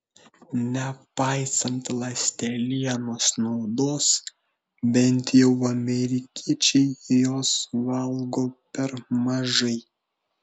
nepaisant ląstelienos naudos bent jau amerikiečiai jos valgo per mažai